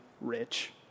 rich